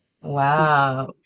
wow